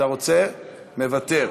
מוותר.